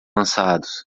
lançados